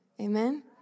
Amen